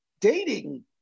dating